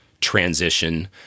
transition